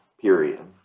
period